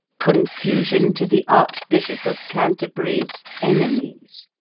confusion to the archbishop of canterbury's enemies.